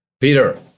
Peter